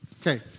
Okay